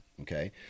Okay